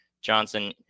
Johnson